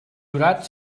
jurat